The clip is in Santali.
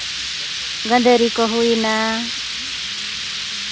ᱜᱟᱹᱫᱷᱟᱹᱨᱤ ᱠᱚ ᱦᱩᱭ ᱮᱱᱟ